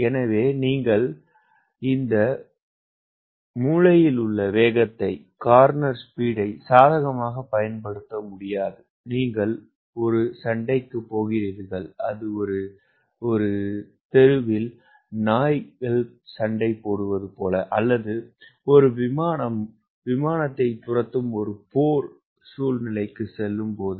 எனவே நீங்கள் மூலை வேகத்தை சாதகமாகப் பயன்படுத்த முடியாது நீங்கள் ஒரு சண்டைக்கு நாய் சண்டை அல்லது ஒரு விமானத்தைத் துரத்தும் ஒர் போர் சூழ்நிலைக்குச் செல்லும்போது